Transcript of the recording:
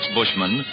Bushman